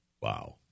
wow